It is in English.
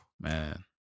man